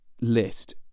list